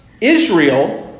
israel